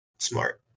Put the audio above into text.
Smart